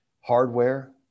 hardware